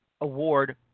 award